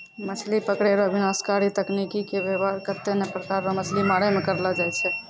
मछली पकड़ै रो विनाशकारी तकनीकी के वेवहार कत्ते ने प्रकार रो मछली मारै मे करलो जाय छै